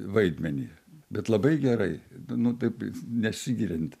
vaidmenį bet labai gerai nu taip nesigiriant